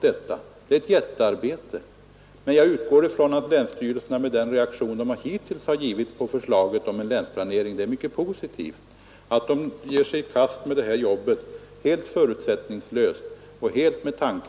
Det blir ett jättearbete, men jag utgår från att länsstyrelserna med den positiva reaktion de visat på förslaget om en länsplanering helt förutsättningslöst skall ge sig i kast med uppgiften